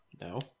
No